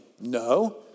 No